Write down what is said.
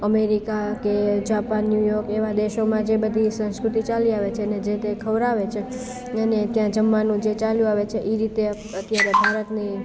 America કે Japan New York એવા દેશોમાં જે બધી સંસ્કૃતિ ચાલી આવે છેને જે તે ખવડાવે છે અને ત્યાં જમવાનું જે ચાલ્યું આવે છે એ રીતે અત્યારે ની